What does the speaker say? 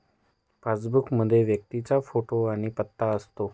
passbook मध्ये व्यक्तीचा photo आणि पत्ता असतो